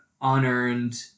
unearned